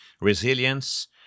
resilience